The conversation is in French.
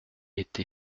été